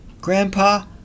Grandpa